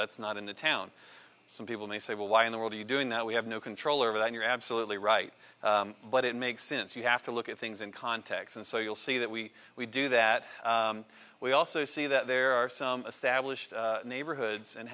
that's not in the town some people may say well why in the world are you doing that we have no control over that you're absolutely right but it makes sense you have to look at things in context and so you'll see that we we do that we also see that there are some established neighborhoods and